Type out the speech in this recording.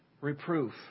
reproof